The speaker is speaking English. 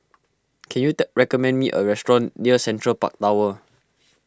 can you day recommend me a restaurant near Central Park Tower